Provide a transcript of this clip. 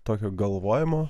tokio galvojimo